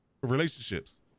relationships